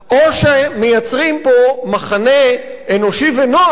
או שמייצרים פה מחנה אנושי ונוח,